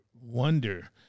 wonder